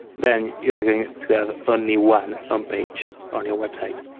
then you are going to have only one homepage on your website.